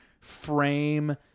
frame